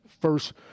first